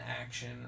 action